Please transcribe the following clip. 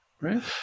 Right